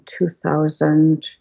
2000